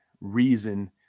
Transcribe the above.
reason